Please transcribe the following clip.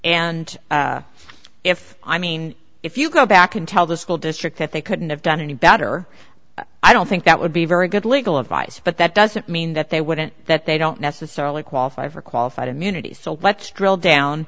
and if i mean if you go back and tell the school district that they couldn't have done any better i don't think that would be very good legal advice but that doesn't mean that they wouldn't that they don't necessarily qualify for qualified immunity so let's drill down